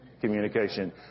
communication